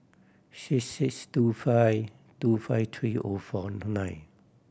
six six two five two five three O four nine